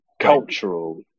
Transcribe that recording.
cultural